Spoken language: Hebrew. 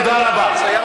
תודה רבה.